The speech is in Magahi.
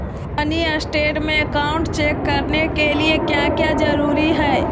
मिनी स्टेट में अकाउंट चेक करने के लिए क्या क्या जरूरी है?